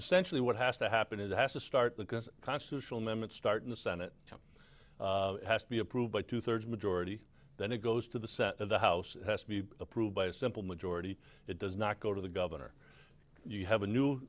essentially what has to happen is it has to start the constitutional moment start in the senate has to be approved by two thirds majority then it goes to the set of the house has to be approved by a simple majority it does not go to the governor you have a new